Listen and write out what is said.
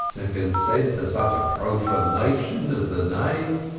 to consent to such a profanation of the name?